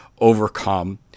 overcome